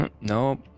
Nope